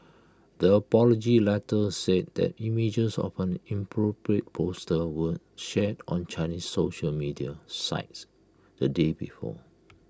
the apology letter said that images of an inappropriate poster were shared on Chinese social media sites the day before